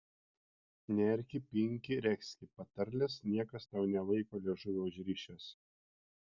nerki pinki regzki patarles niekas tau nelaiko liežuvio užrišęs